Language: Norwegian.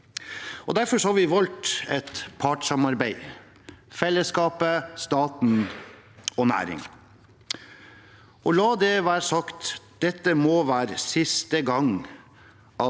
Derfor har vi valgt et partssamarbeid – fellesskap, stat og næring. Og la det være sagt: Dette må være siste gang